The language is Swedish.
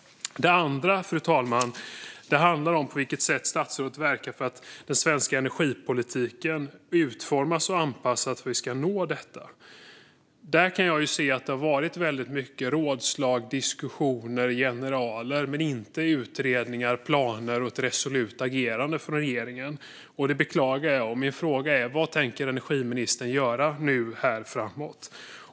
Den andra, fru talman, handlar om på vilket sätt statsrådet verkar för att den svenska energipolitiken utformas och anpassas så att vi ska nå detta. Där kan jag se att det har varit väldigt mycket rådslag, diskussioner och generaler men inte utredningar, planer och resolut agerande från regeringen. Det beklagar jag. Min fråga är: Vad tänker energiministern göra framåt?